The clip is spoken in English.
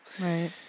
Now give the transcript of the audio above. Right